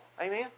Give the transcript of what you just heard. Amen